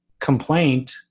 complaint